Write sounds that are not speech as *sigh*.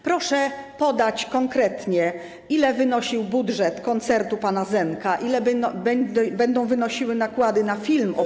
Proszę podać konkretnie, ile wynosił budżet koncertu pana Zenka, ile będą wynosiły nakłady na film *noise*